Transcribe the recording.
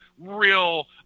real